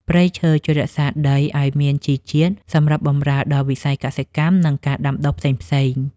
ព្រៃឈើជួយរក្សាដីឱ្យមានជីជាតិសម្រាប់បម្រើដល់វិស័យកសិកម្ម និងការដាំដុះផ្សេងៗ។